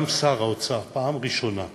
גם שר האוצר פעם ראשונה החליט: